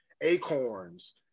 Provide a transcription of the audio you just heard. Acorns